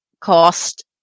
cost